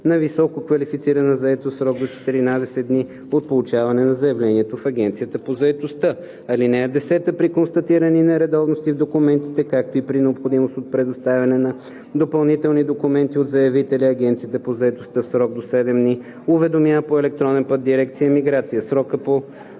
на висококвалифицирана заетост в срок до 14 дни от получаване на заявлението в Агенцията по заетостта. (10) При констатирани нередовности в документите, както и при необходимост от предоставяне на допълнителни документи от заявителя Агенцията по заетостта в срок до 7 дни уведомява по електронен път дирекция „Миграция“. Срокът по